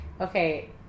Okay